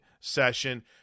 session